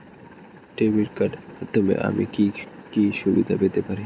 Debit কার্ডের মাধ্যমে আমি কি কি সুবিধা পেতে পারি?